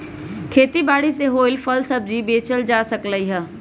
खेती बारी से होएल फल सब्जी बेचल जा सकलई ह